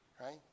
Right